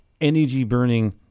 energy-burning